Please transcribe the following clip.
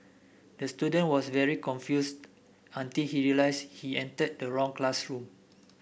the student was very confused until he realised he entered the wrong classroom